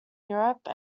europe